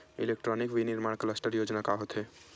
Electronic विनीर्माण cluster योजना का होथे?